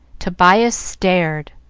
tobias stared,